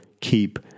keep